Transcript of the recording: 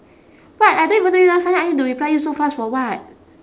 what I don't even know you last time I need to reply you so fast for what